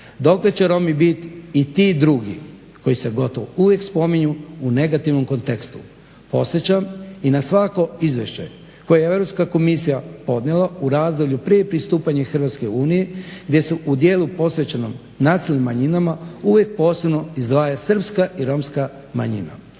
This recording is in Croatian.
Dokle će Romi biti i ti drugi koji se gotovo uvijek spominju u negativnom kontekstu. Podsjećam i na svako izvješće koje je Europska komisija podnijela u razdoblju prije pristupanja Hrvatske u Uniju gdje su u dijelu posvećenom nacionalnim manjinama uvijek posebno izdvaja srpska i romska manjina